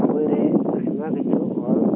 ᱵᱚᱭᱨᱮ ᱟᱭᱢᱟᱠᱤᱪᱷᱩ ᱚᱞ ᱢᱮᱱᱟᱜᱼᱟ